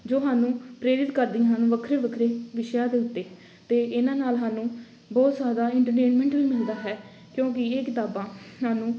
ਜੋ ਸਾਨੂੰ ਪ੍ਰੇਰਿਤ ਕਰਦੀਆਂ ਹਨ ਵੱਖਰੇ ਵੱਖਰੇ ਵਿਸ਼ਿਆਂ ਦੇ ਉੱਤੇ ਅਤੇ ਇਹਨਾਂ ਨਾਲ ਸਾਨੂੰ ਬਹੁਤ ਜ਼ਿਆਦਾ ਇੰਟਰਟੇਨਮੈਂਟ ਵੀ ਮਿਲਦਾ ਹੈ ਕਿਉਂਕਿ ਇਹ ਕਿਤਾਬਾਂ ਸਾਨੂੰ